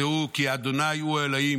דעו כי ה' הוא אלהים.